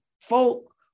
folk